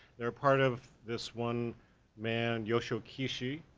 they're a part of this one man yoshokishi,